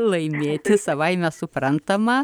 laimėti savaime suprantama